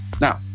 Now